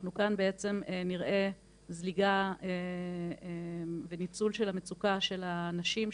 אנחנו כאן בעצם נראה זליגה וניצול של המצוקה של הנשים,